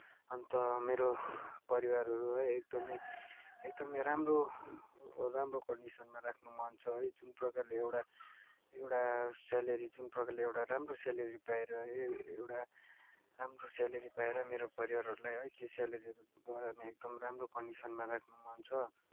अन्त मेरो परिवारहरू है एकदमै एकदमै राम्रो राम्रो कन्डिसनमा राख्नु मन छ है जुन प्रकारले एउटा एउटा स्यालरी एउटा जुन प्रकारले राम्रो स्यालेरी पाएर है एउटा राम्रो स्यालरी पाएर मेरो परिवारहरूलाई है त्यो स्यालरीले घरहरूमा एकदम राम्रो कन्डिसनमा राख्नु मन छ